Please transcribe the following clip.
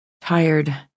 Tired